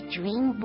dream